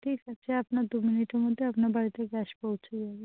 ঠিক আছে আপনার দু মিনিটের মধ্যে আপনার বাড়িতে গ্যাস পৌঁছে যাবে